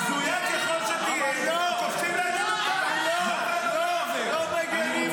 בזויה ככל שתהיה --- לא מגינים,